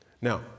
Now